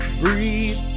breathe